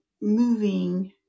moving